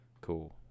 cool